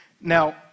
Now